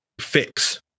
fix